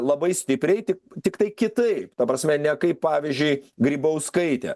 labai stipriai tik tiktai kitaip ta prasme ne kaip pavyzdžiui grybauskaitė